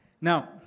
Now